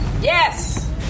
Yes